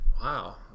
Wow